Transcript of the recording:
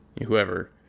whoever